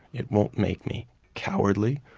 it won't make me cowardly,